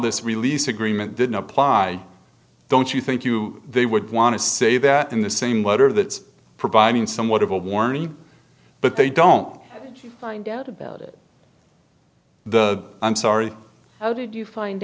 this release agreement didn't apply don't you think you they would want to say that in the same letter that it's providing somewhat of a warning but they don't find out about it the i'm sorry how did you find